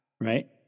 right